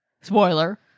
spoiler